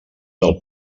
del